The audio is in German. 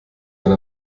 wenn